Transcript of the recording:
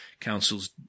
councils